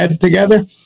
together